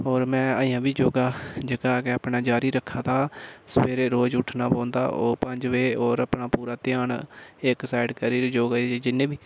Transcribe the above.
होर मैं अजें बी योगा जेह्का कि अपना जारी रखै'दा सवेरे रोज उट्ठना पौंदा ओ पंज बजें होर अपना पूरा ध्यान इक सैड करी योगै जिन्ने बी